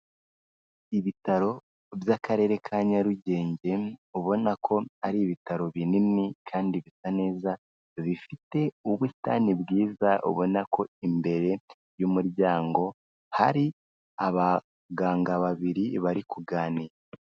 Ibitaro by'akarere ka Nyarugenge, ubona ko ari ibitaro binini kandi bisa neza, bifite ubusitani bwiza, ubona ko imbere y'umuryango hari abaganga babiri bari kuganira.